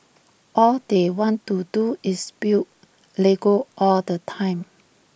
all they want to do is build Lego all the time